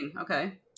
Okay